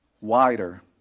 wider